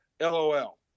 LOL